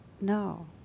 No